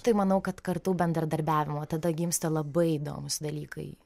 tai manau kad kartų bendradarbiavimo tada gimsta labai įdomūs dalykai